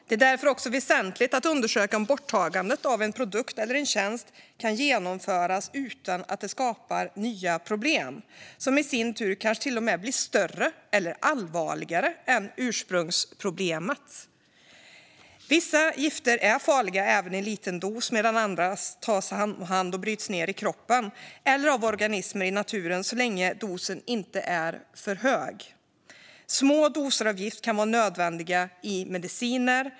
Det är därför väsentligt att undersöka om borttagande av en produkt eller en tjänst kan genomföras utan att det skapar nya problem som i sin tur kanske till och med blir större och allvarligare än ursprungsproblemet. Vissa gifter är farliga även i liten dos medan andra tas om hand och bryts ned i kroppen eller av organismer i naturen så länge dosen inte är för hög. Små doser av gift kan vara nödvändiga i mediciner.